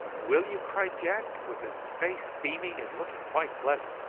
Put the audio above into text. will you? cried jack, with his face beaming, and looking quite pleasant.